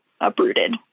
uprooted